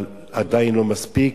אבל עדיין לא מספיק.